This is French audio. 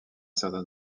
certain